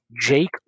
jake